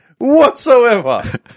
whatsoever